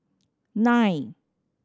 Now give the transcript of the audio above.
nine